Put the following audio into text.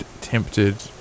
tempted